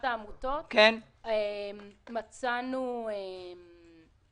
נכון, ביחס לאחת העמותות מצאנו מסמך